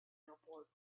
airport